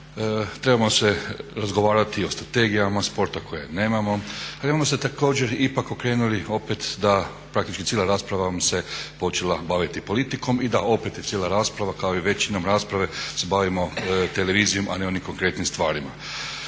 trebamo se razgovarati o strategijama sporta koje nemamo, trebamo se također ipak okrenuti opet da praktički cijela rasprava vam se počela baviti politikom i da opet i cijela rasprava kao i većinom rasprave se bave televizijom a ne onim konkretnim stvarima.